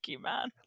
man